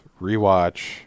rewatch